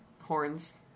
horns